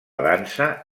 dansa